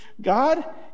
God